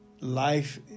life